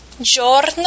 giorno